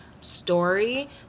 story